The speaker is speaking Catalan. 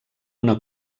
una